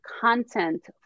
content